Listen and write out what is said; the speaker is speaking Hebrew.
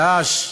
"דאעש",